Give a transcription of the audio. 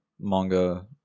manga